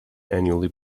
annually